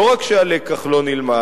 לא רק שהלקח לא נלמד,